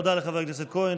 תודה לחבר הכנסת כהן.